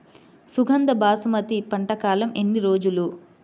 సుగంధ బాసుమతి పంట కాలం ఎన్ని రోజులు?